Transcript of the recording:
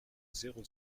zéro